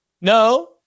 No